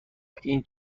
این